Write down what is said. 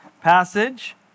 passage